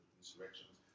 insurrections